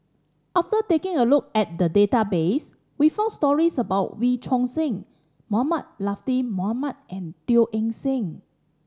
after taking a look at the database we found stories about Wee Choon Seng Mohamed Latiff Mohamed and Teo Eng Seng